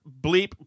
bleep